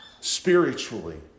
spiritually